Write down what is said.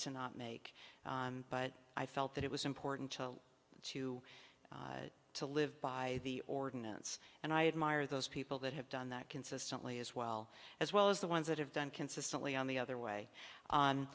to not make but i felt that it was important to to live by the ordinance and i admire those people that have done that consistently as well as well as the ones that have done consistently on the other way on